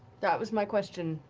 that was my question.